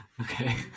okay